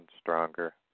stronger